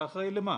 אתה אחראי למה?